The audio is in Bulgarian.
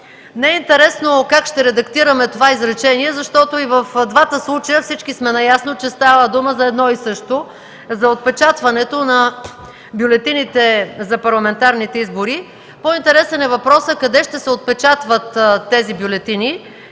Не е интересно как ще редактираме това изречение, защото и от двата случая всички сме наясно, че става дума за едно и също – за отпечатването на бюлетините за парламентарните избори. По-интересен е въпросът къде ще се отпечатват тези бюлетини.